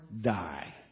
die